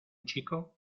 chico